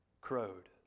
crowed